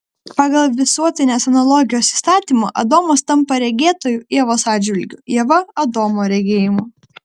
pagal visuotinės analogijos įstatymą adomas tampa regėtoju ievos atžvilgiu ieva adomo regėjimu